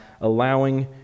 allowing